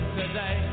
today